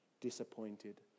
disappointed